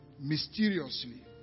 mysteriously